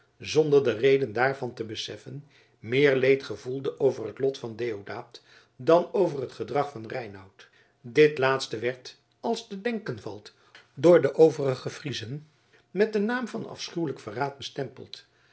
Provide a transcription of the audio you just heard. zonder de reden daarvan te beseffen meer leed gevoelde over het lot van deodaat dan over het gedrag van reinout dit laatste werd als te denken valt door de overige friezen met den naam van afschuwelijk verraad bestempeld